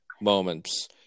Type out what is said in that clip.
moments